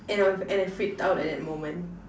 and I and I freaked out at that moment